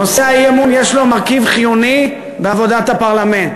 נושא האי-אמון, זה מרכיב חיוני בעבודת הפרלמנט.